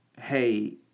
hey